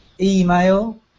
email